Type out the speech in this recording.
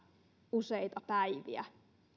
useita päiviä